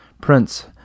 Prince